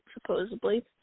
supposedly